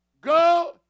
Go